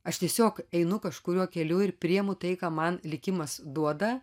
aš tiesiog einu kažkuriuo keliu ir priimu tai ką man likimas duoda